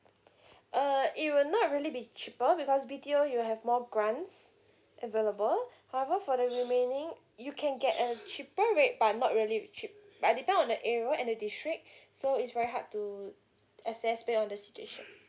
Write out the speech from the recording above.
uh it will not really be cheaper because B_T_O you have more grants available however for the remaining you can get a cheaper rate but not really cheap but depend on the area and the district so it's very hard to access base on the situation